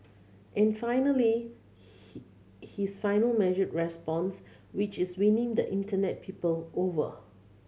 and finally he his final measured response which is winning the Internet people over